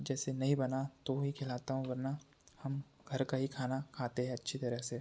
जैसे नहीं बना तो ही खिलाता हूँ वरना हम घर का ही खाना खाते हैं अच्छी तरह से